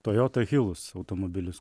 toyota hilux automobilis